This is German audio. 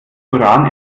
uran